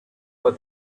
for